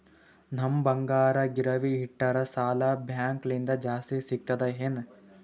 ನಮ್ ಬಂಗಾರ ಗಿರವಿ ಇಟ್ಟರ ಸಾಲ ಬ್ಯಾಂಕ ಲಿಂದ ಜಾಸ್ತಿ ಸಿಗ್ತದಾ ಏನ್?